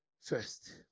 First